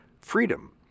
freedom